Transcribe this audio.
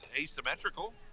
asymmetrical